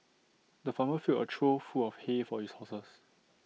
the farmer filled A trough full of hay for his horses